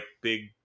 big